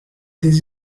this